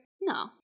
No